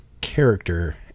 character